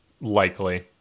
Likely